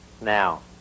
Now